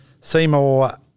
Seymour